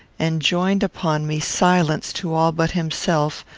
enjoined upon me silence to all but himself,